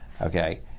okay